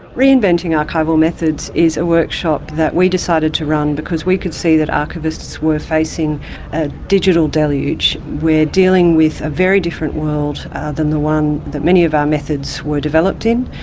reinventing archival methods is a workshop that we decided to run because we could see that archivists were facing a digital deluge. we are dealing with a very different world than the one that many of our methods were developed in,